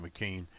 McCain